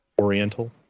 Oriental